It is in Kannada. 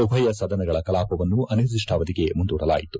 ಉಭಯ ಸದನಗಳ ಕಲಾಪವನ್ನು ಅನಿರ್ದಿಷ್ಟಾವಧಿಗೆ ಮುಂದೂಡಲಾಯಿತು